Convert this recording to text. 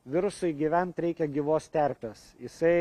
virusui gyvent reikia gyvos terpės jisai